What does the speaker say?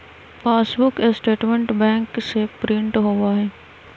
passbook statement bank से print होबा हई